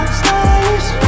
stylish